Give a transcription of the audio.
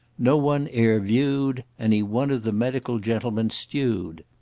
no one e'er viewed any one of the medical gentlemen stewed.